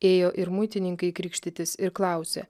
ėjo ir muitininkai krikštytis ir klausė